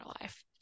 life